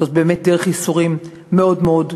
זאת באמת דרך ייסורים מאוד מאוד קשה.